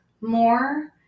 more